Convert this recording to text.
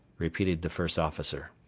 repeated the first officer.